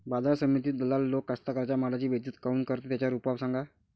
बाजार समितीत दलाल लोक कास्ताकाराच्या मालाची बेइज्जती काऊन करते? त्याच्यावर उपाव सांगा